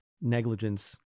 negligence